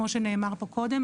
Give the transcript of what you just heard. כמו שנאמר פה קודם,